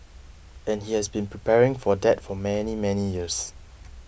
and he has been preparing for that for many many years